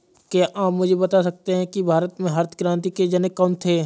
क्या आप मुझे बता सकते हैं कि भारत में हरित क्रांति के जनक कौन थे?